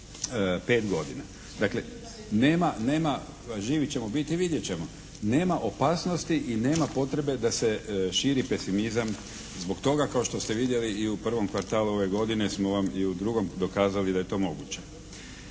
godina. Dakle nema, živi ćemo biti i vidjet ćemo. Nema opasnosti i nema potrebe da se širi pesimizam zbog toga kao što ste vidjeli i u prvom kvartalu ove godine i u drugom smo vam dokazali da je to moguće.